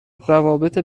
روابط